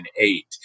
eight